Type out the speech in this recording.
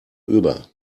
über